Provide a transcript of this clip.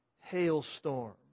hailstorm